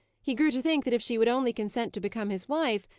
he grew to think that if she would only consent to become his wife,